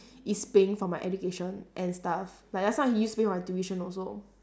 is paying for my education and stuff like last time he use to pay my tuition also